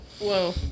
Whoa